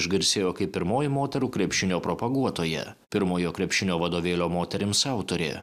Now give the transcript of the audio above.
išgarsėjo kaip pirmoji moterų krepšinio propaguotoja pirmojo krepšinio vadovėlio moterims autorė